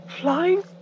flying